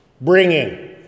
bringing